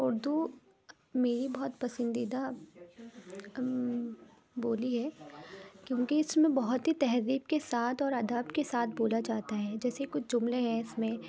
اردو میری بہت پسندیدہ بولی ہے کیونکہ اس میں بہت ہی تہذیب کے ساتھ اور ادب کے ساتھ بولا جاتا ہے جیسے کچھ جملے ہیں اس میں